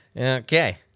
Okay